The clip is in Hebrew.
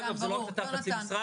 ואגב זה לא רק תט"ר חצי משרה,